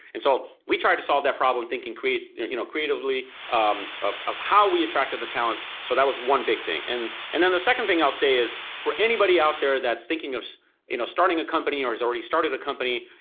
and so we tried to solve that problem thinking you know creatively of of how we attracted the talent, so that was one big thing. and and then the second thing i'll say is for anybody out there that's thinking of you know starting a company, or has already started a company,